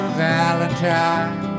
valentine